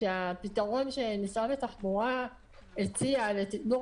שבעצם הפתרון שמשרד התחבורה הציע לתגבור